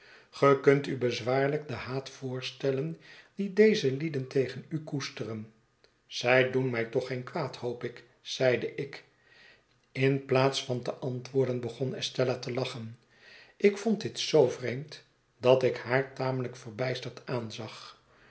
ge kunt u bezwaarlijk den haat voorstellen dien deze lieden tegen u koesteren zij doen mij toch geen kwaad hoop ik zeide ik in plaats van te antwoorden begon estella te lachen ik vond dit zoo vreemd dat ik haar tamely k verbijsterd aanzag